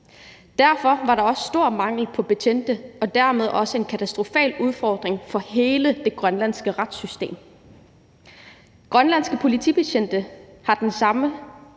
Derfor var der også stor mangel på betjente, og det var dermed også en katastrofal udfordring for hele det grønlandske retssystem. Grønlandske politibetjente har det samme